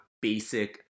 basic